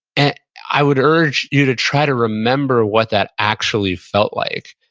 and i would urge you to try to remember what that actually felt like.